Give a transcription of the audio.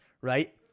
right